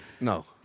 No